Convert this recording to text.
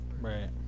Right